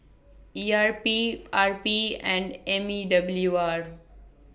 E R P R P and M E W R